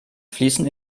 fließen